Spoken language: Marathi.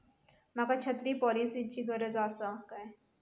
माका छत्री पॉलिसिची गरज आसा काय?